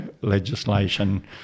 legislation